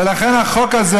ולכן החוק הזה,